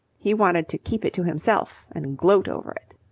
he wanted to keep it to himself and gloat over it.